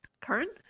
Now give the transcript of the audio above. Current